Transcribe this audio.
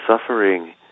suffering